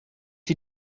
you